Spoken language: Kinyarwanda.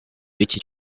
w’iki